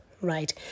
Right